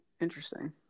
Interesting